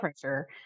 pressure